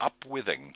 Upwithing